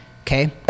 okay